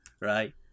Right